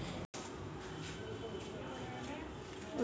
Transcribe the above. पीतम हमारे शहर में कुछ सालों में बहुत सारे बैंक और ए.टी.एम खुल गए हैं